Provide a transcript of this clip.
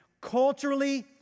culturally